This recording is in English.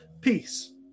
peace